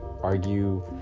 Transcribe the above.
argue